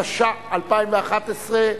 התשע"א 2011,